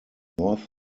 north